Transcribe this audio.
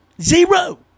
Zero